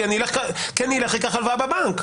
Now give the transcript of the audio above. כי אני אלך ואקח הלוואה בבנק.